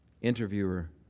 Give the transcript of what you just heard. Interviewer